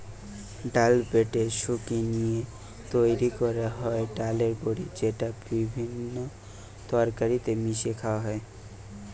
ডাল বেটে শুকি লিয়ে তৈরি কোরা হয় ডালের বড়ি যেটা বিভিন্ন তরকারিতে মিশিয়ে খায়া হয়